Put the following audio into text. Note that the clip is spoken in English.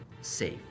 safe